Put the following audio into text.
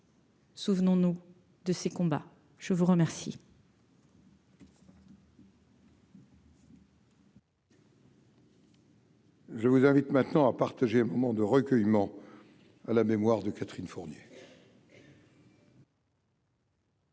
Souvenons-nous de ces combats, je vous remercie.